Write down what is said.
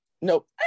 Nope